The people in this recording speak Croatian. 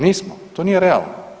Nismo, to nije realno.